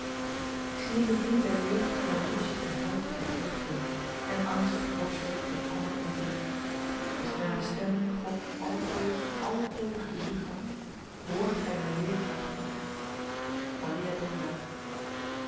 k zie in den bloei der jeugd my lust en hoop ontvlugten en angstig worstel ik met kommer en verdriet is t myn bestemming god altoos altoos te zuchten hoort gy myn weeklacht niet maria